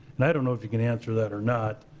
and i don't know if you can answer that or not.